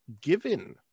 given